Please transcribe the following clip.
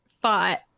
thought